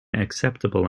acceptable